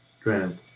strength